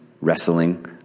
wrestling